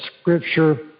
Scripture